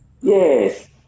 yes